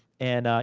and,